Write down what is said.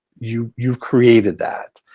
you've you've created that.